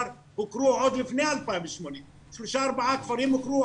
הוכרו עוד לפני 2008. שלושה-ארבעה כפרים הוכרו.